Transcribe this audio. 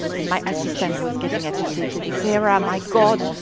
and my assistant was getting agitated. sarah, my god,